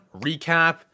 Recap